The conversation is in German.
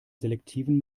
selektiven